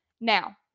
Now